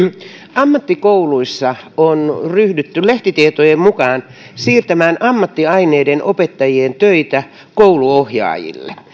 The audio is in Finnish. ammattikouluissa on ryhdytty lehtitietojen mukaan siirtämään ammattiaineiden opettajien töitä kouluohjaajille